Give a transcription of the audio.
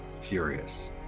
furious